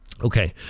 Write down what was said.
okay